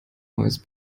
voice